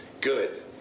good